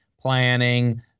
planning